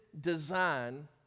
design